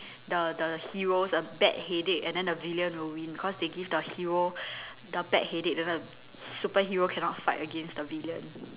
the the heroes a bad headache and then the villain will win because they give the hero the bad headache then the superhero cannot fight against the villain